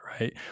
right